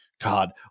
god